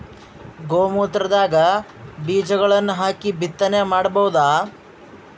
ಗೋ ಮೂತ್ರದಾಗ ಬೀಜಗಳನ್ನು ಹಾಕಿ ಬಿತ್ತನೆ ಮಾಡಬೋದ?